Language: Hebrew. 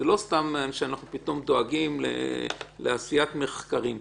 זה לא סתם שאנחנו פתאום דואגים לעשיית מחקרים.